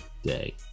day